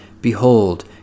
Behold